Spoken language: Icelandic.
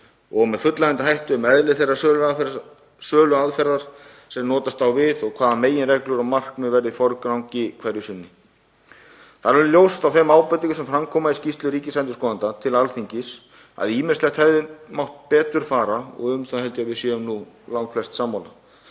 og fullnægjandi hætti um eðli þeirra söluaðferðar sem notast á við og hvaða meginreglur og markmið verði í forgangi hverju sinni. Það er alveg ljóst af þeim ábendingum sem fram koma í skýrslu ríkisendurskoðanda til Alþingis að ýmislegt hefði mátt betur fara og um það held ég að við séum langflest sammála.